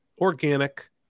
organic